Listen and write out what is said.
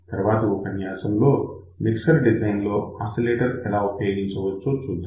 తర్వాత ఉపన్యాసంలో mixer design లో ఆసిలేటర్ ఎలా ఉపయోగించవచ్చో చూద్దాం